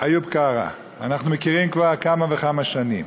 איוב קרא, אנחנו מכירים כבר כמה וכמה שנים